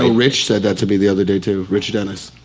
ah rich said that to me the other day too. rich dennis,